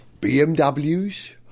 BMWs